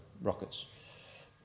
rockets